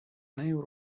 нею